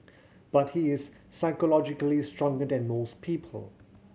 but he is psychologically stronger than most people